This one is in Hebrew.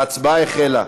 ההצבעה החלה.